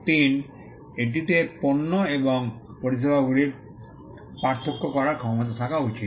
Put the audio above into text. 3 এটিতে পণ্য এবং পরিষেবাগুলির পার্থক্য করার ক্ষমতা থাকা উচিত